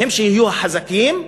הן שיהיו החזקים,